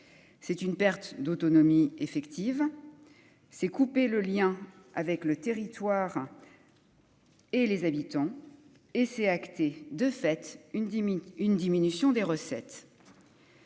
c'est une perte d'autonomie effective, c'est couper le lien avec le territoire. Et les habitants et c'est acté, de fait, une demi, une diminution des recettes.